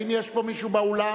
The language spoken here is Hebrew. האם יש פה מישהו באולם?